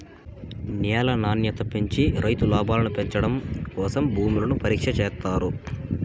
న్యాల నాణ్యత పెంచి రైతు లాభాలను పెంచడం కోసం భూములను పరీక్ష చేత్తారు